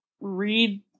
read